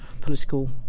political